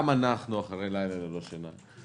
גם אנחנו אחרי לילה ללא שינה,